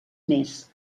més